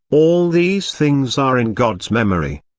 all these things are in god's memory.